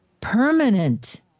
permanent